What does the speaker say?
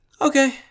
Okay